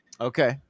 Okay